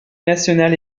nationale